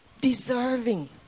deserving